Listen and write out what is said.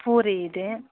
ಪೂರಿ ಇದೆ